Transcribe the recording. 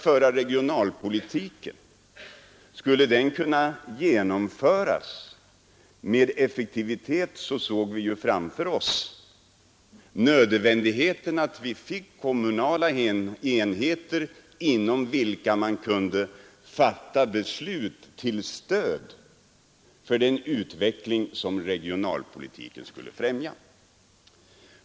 För att kunna genomföra en effektiv regionalpolitik ansåg vi det då nödvändigt att få kommunala enheter inom vilka man kunde fatta beslut till stöd för den utveckling som regionalpolitiken skulle främja.